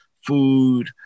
food